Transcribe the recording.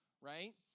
right